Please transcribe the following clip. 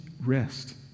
rest